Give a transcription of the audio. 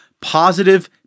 positive